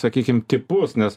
sakykim tipus nes